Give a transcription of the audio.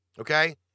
Okay